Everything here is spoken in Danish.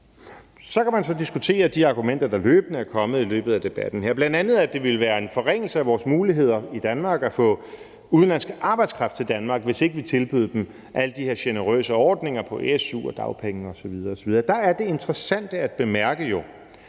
Så kan man så diskutere de argumenter, der løbende er kommet i løbet af debatten, bl.a. at det ville være en forringelse af vores muligheder i Danmark at få udenlandsk arbejdskraft til Danmark, hvis ikke vi tilbød dem alle de her generøse ordninger på su og dagpenge osv. Der er det interessante at bemærke,